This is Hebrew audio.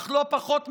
אך לא פחות מכך,